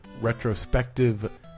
retrospective